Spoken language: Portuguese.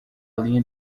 linha